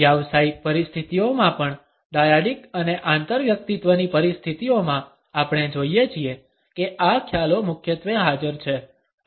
વ્યાવસાયિક પરિસ્થિતિઓમાં પણ ડાયાડિક અને આંતરવ્યક્તિત્વની પરિસ્થિતિઓમાં આપણે જોઇએ છીએ કે આ ખ્યાલો મુખ્યત્વે હાજર છે